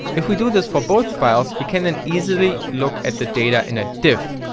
if we do this for both files, we can then easily look at the data in a diff,